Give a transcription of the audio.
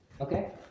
Okay